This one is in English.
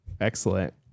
excellent